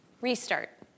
Restart